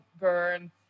burn